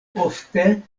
ofte